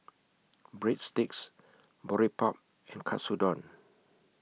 Breadsticks Boribap and Katsudon